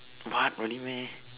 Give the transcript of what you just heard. what really meh